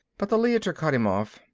but the leiter cut him off.